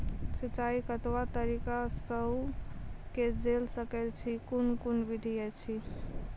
सिंचाई कतवा तरीका सअ के जेल सकैत छी, कून कून विधि ऐछि?